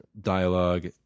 dialogue